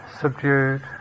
subdued